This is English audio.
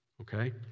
Okay